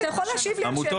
אתה יכול להשיב לי על שאלותיי.